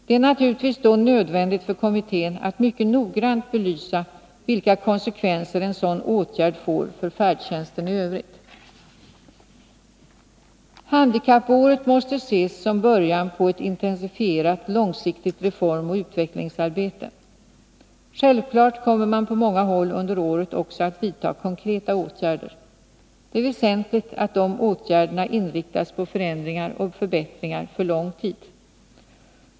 Det är naturligtvis då nödvändigt för kommittén att mycket noggrant belysa vilka konsekvenser en sådan åtgärd får för färdtjänsten i övrigt. Handikappåret måste ses som början på ett intensifierat långsiktigt reformoch utvecklingsarbete. Självfallet kommer man på många håll under året också att vidta konkreta åtgärder. Det är väsentligt att de åtgärderna inriktas på förändringar och förbättringar för lång tid.